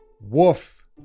WOOF